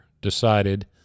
decided